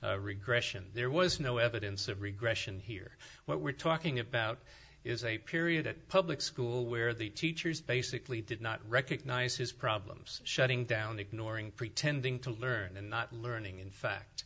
regression there was no evidence of regression here what we're talking about is a period that public school where the teachers basically did not recognize his problems shutting down ignoring pretending to learn and not learning in fact